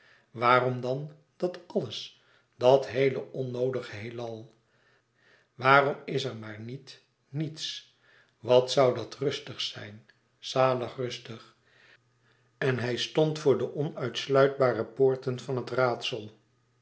waarom dan dat alles dat heele onnoodige heelal waarom is er maar niet niets wat zoû dat rustig zijn zalig rustig en hij stond voor de onontsluitbare poorten van het raadsel